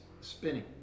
spinning